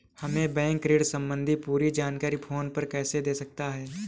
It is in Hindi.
हमें बैंक ऋण संबंधी पूरी जानकारी फोन पर कैसे दे सकता है?